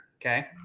Okay